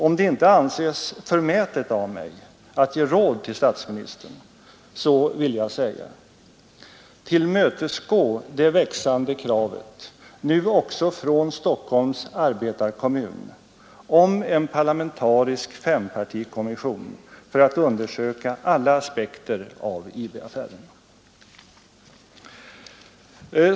Om det inte anses förmätet av mig att ge råd till statsministern, vill jag säga: Tillmötesgå det växande kravet — nu också från Stockholms Arbetarekommun =— på en parlamentarisk fempartikommission för att undersöka alla aspekter av IB-affären.